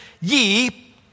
ye